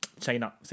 China